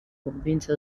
convinse